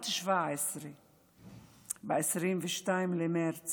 בת 17. ב-22 במרץ